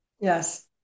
Yes